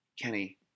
Kenny